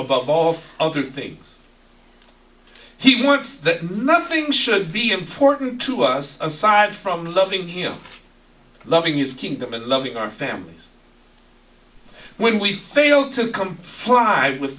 of all of other things he wants that nothing should be important to us aside from loving him loving his kingdom and loving our families when we fail to comply with